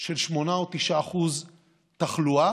של 8% או 9% תחלואה,